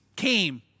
came